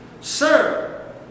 Sir